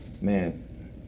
man